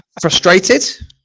Frustrated